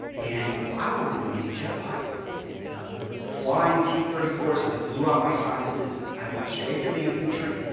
and i wanted to be a jet pilot and i'm flying t three four s and i blew out my sinuses, i went straight to the infantry,